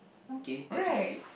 okay that's valid